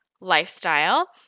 lifestyle